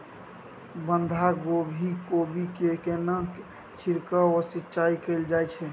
बंधागोभी कोबी मे केना छिरकाव व सिंचाई कैल जाय छै?